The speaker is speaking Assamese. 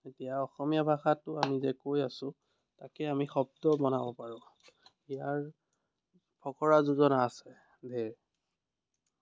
এতিয়া অসমীয়া ভাষাটো আমি যে কৈ আছো তাকে আমি শব্দ বনাব পাৰোঁ ইয়াৰ ফকৰা যোজনা আছে ধেৰ